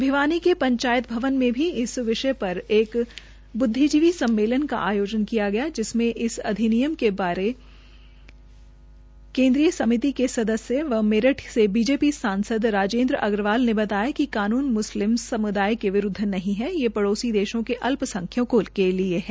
भिवानी के पंचायत भवन में भी इस विषय पर एक बुद्विजीवी सम्मेलन का आयोजन किया गया जिसमें इस अधिनियम के लिए बनाईगई केन्द्रीय समिति के सदस्य व मेरठ से बीजेपी सांसद राजेन्द्र अग्रवाल ने बताया कि कानून म्रस्लिम समुदाय के विरूद्वनहीं है ये पड़ोसी देशों के अल्पसंख्यकों के लिए है